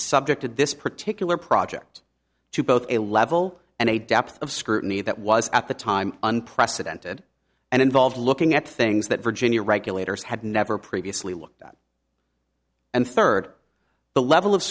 subjected this particular project to both a level and a depth of scrutiny that was at the time unprecedented and involve looking at things that virginia regulators had never previously looked at and third the level of